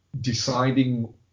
deciding